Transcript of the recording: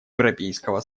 европейского